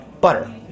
butter